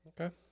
Okay